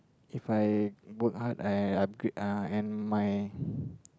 If I work hard I upgrade uh and my